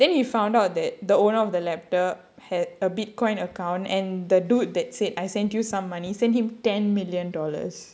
then he found out that the owner of the laptop had a bitcoin account and the dude that said I send you some money sent him ten million dollars